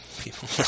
people